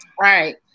right